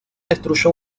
destruyó